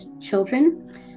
children